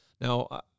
Now